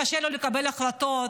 קשה לו לקבל החלטות,